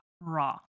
raw